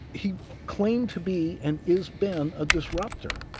he claimed to be and has been a disrupter.